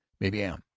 maybe i am.